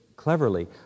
cleverly